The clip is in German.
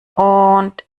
und